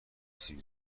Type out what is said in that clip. سیب